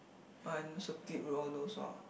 oh and also cute lor all those lor